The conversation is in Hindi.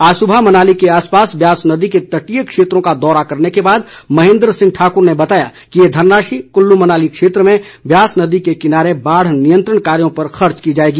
आज सुबह मनाली के आस पास ब्यास नदी के तटीय क्षेत्रों का दौरा करने के बाद महेन्द्र सिंह ठाक्र ने बताया कि ये धनराशि कुल्लू मनाली क्षेत्र में ब्यास नदी के किनारे बाढ़ नियंत्रण कार्यों पर खर्च की जाएगी